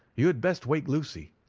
you had best wake lucy.